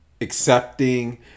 accepting